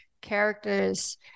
characters